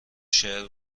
شعر